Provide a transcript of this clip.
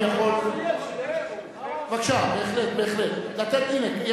תודה